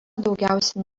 daugiausiai